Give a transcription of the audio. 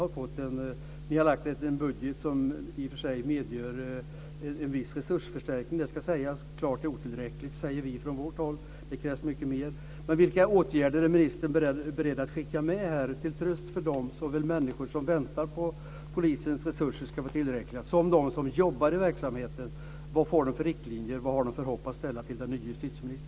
Regeringen har lagt fram en budget som i och för sig medger en viss resursförstärkning, det ska sägas. Men vi anser från vårt håll att den är klart otillräcklig. Det krävs mycket mer. Vilka åtgärder är ministern beredd att skicka med till tröst för såväl de människor som väntar på att polisen ska få tillräckliga resurser som de människor som jobbar i verksamheten? Vad får de för riktlinjer? Vad har de för hopp att ställa till den nye justitieministern?